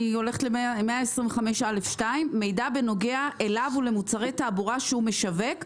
אני הולכת ל-125א2: מידע שנוגע אליו ולמוצרי תעבורה שהוא משווק,